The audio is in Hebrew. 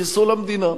חיסול המדינה.